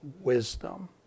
wisdom